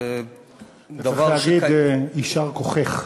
זה דבר, צריך להגיד, יישר כוחך.